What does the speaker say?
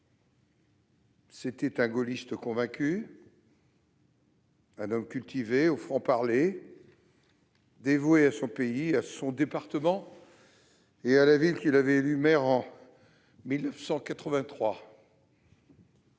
C'était un gaulliste convaincu, un homme cultivé, ayant son franc-parler, dévoué à son pays, à son département et à la ville qui l'avait élu maire en 1983-